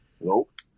Nope